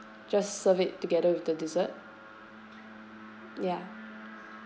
just serve it together with the dessert ya